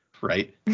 right